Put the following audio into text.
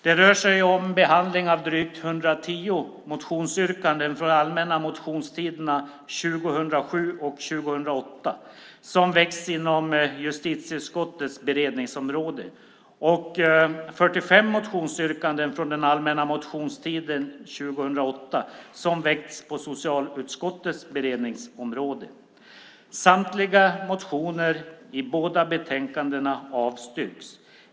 Det rör sig om behandling av drygt 110 motionsyrkanden från de allmänna motionstiderna 2007 och 2008 som har väckts inom justitieutskottets beredningsområde och 45 motionsyrkanden från den allmänna motionstiden 2008 som har väckts på socialutskottets beredningsområde. Samtliga motioner i båda betänkandena avstyrks.